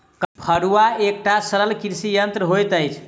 फड़ुआ एकटा सरल कृषि यंत्र होइत अछि